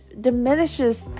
diminishes